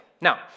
Now